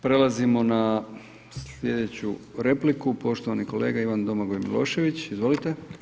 Prelazimo na slijedeću repliku, poštovani kolega Ivan Domagoj Milošević, izvolite.